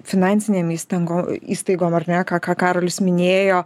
finansinėm įstango įstaigom ar ne ką ką karolis minėjo